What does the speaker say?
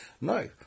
no